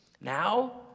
Now